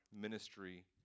ministry